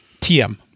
TM